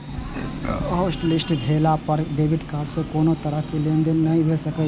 hotlist भेला पर debit card सं कोनो तरहक लेनदेन नहि भए सकैए